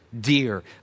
Dear